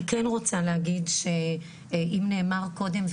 אני כן רוצה להגיד שאם נאמר קודם,